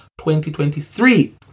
2023